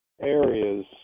areas